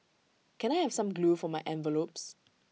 can I have some glue for my envelopes